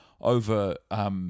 over